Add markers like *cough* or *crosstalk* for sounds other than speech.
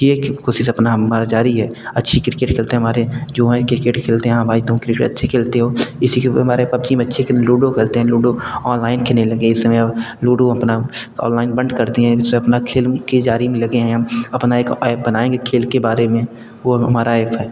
किए कि कोशिश अपना हमारी जारी है अच्छी क्रिकेट खेलते हैं हमारे जो हमारे क्रिकेट खेलते हैं हाँ भाई तुम क्रिकेट अच्छी खेलते हो इसी के ऊपर हमारे पबजी में अच्छे हैं फिर लूडो खेलते हैं लूडो ऑनलाइन खेलने लगे इस समय हम लूडो अपना ऑनलाइन बंद कर दिए हैं *unintelligible* खेल के जारी में लगे हैं हम अपना एक ऐप बनाएँगे खेल के बारे में वो हमारा ऐप है